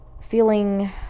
feeling